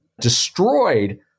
destroyed